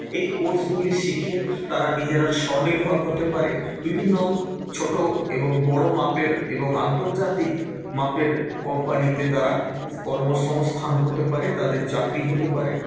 এই কোর্সগুলি শিখে তারা নিজেরা স্বনির্ভর হতে পারে বিভিন্ন ছোটো এবং বড় মাপের এবং আন্তর্জাতিক মাপের কোম্পানিতে তাঁরা কর্মসংস্থান হতে পারে তাঁদের চাকরি হতে পারে